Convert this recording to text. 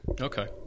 Okay